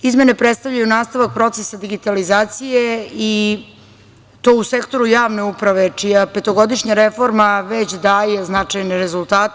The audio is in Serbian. Izmene predstavljaju nastavak procesa digitalizacije i to u sektoru javne uprave, čija petogodišnja reforma već daje značajne rezultate.